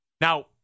Now